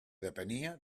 depenia